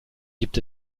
gibt